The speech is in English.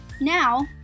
Now